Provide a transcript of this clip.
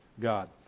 God